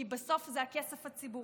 כי בסוף זה הכסף הציבורי.